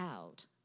out